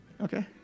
Okay